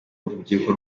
urubyiruko